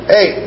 Hey